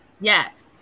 Yes